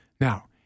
now